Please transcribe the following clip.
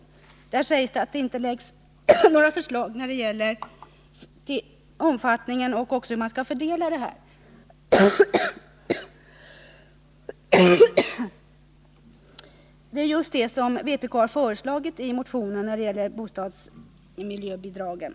Utskottet framhåller att det inte läggs fram några förslag om bidragens omfattning och inte heller om deras fördelning. Det är just det som vpk har tagit upp i motionen om boendemiljöbidragen.